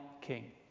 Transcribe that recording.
king